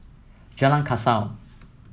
Jalan Kasau